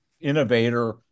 innovator